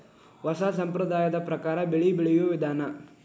ಹೊಸಾ ಸಂಪ್ರದಾಯದ ಪ್ರಕಾರಾ ಬೆಳಿ ಬೆಳಿಯುವ ವಿಧಾನಾ